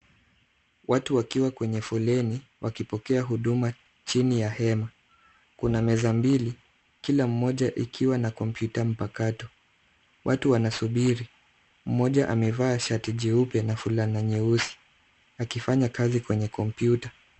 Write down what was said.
Watu wakiwa kwenye foleni wakipokea huduma chini ya hema. Kuna meza mbili, kila moja ikiwa na kompyuta mpakato. Watu wanasubiri. Mmoja amevaa shati jeupe na fulana nyeusi akifanya kazi kwenye kompyuta.